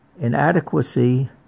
inadequacy